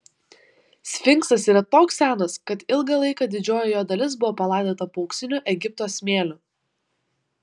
sfinksas yra toks senas kad ilgą laiką didžioji jo dalis buvo palaidota po auksiniu egipto smėliu